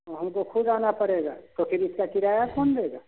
तो हम को ख़ुद आना पड़ेगा तो फिर इसका किराया कौन देगा